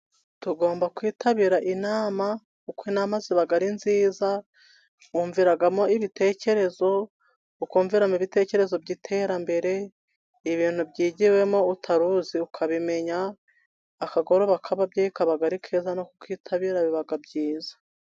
Tugomba kwitabira inama, kuko inama ziba ari nziza wumviragamo ibitekerezo, ukumviramo ibitekerezo by'iterambere, ibintu byigiwemo utaruzi ukabimenya, akagoro kababyeyi kaba ari keza no kukitabira biba ari byiza.